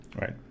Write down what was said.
right